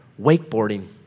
Wakeboarding